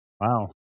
Wow